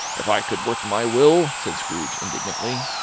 if i could work my will, said scrooge indignantly,